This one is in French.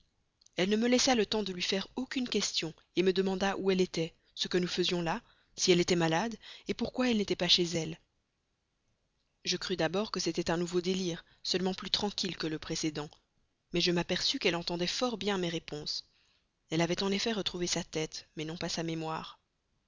elle ne me laissa le temps de lui faire aucune question me demanda où elle était ce que nous faisions là si elle était malade pourquoi elle n'était pas chez elle je crus d'abord que c'était un nouveau délire seulement plus tranquille que le précédent mais je m'aperçus qu'elle entendait fort bien mes réponses elle avait en effet retrouvé sa tête mais non pas sa mémoire